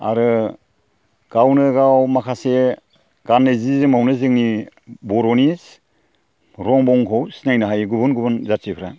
आरो गावनो गाव माखासे गाननाय जि जोमावनो जोंनि बर'नि रं बंखौ सिनायनो हायो गुबुन गुबुन जाथिफ्रा